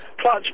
clutch